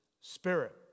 spirit